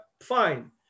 fine